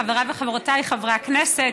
חבריי וחברותיי חברי הכנסת,